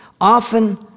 often